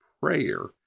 prayer